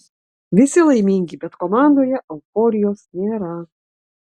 visi laimingi bet komandoje euforijos nėra